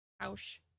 Ouch